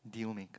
deal maker